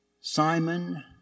Simon